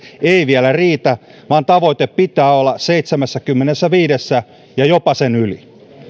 ei vielä riitä vaan tavoitteen pitää olla seitsemässäkymmenessäviidessä ja jopa sen yli